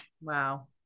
wow